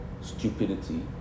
stupidity